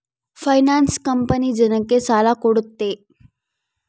finance company ಜನಕ್ಕ ಸಾಲ ಕೊಡುತ್ತೆ